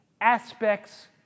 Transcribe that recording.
aspects